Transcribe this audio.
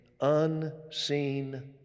unseen